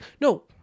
No